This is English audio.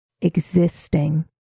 existing